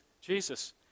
Jesus